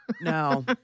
No